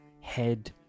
head